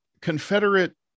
Confederate